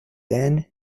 van